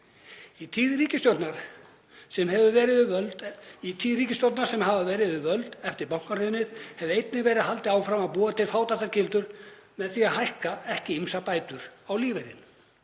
Í tíð ríkisstjórna sem hafa verið við völd eftir bankahrunið hefur einnig verið haldið áfram að búa til fátæktargildrur með því að hækka ekki ýmsar bætur á lífeyri